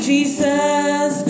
Jesus